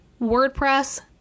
WordPress